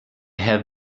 have